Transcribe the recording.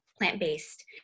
plant-based